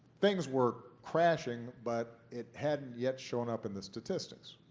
things were crashing but it hadn't yet shown up in the statistics.